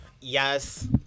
Yes